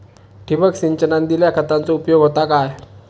ठिबक सिंचनान दिल्या खतांचो उपयोग होता काय?